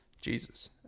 Jesus